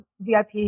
VIP